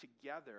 together